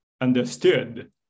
understood